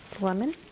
Lemon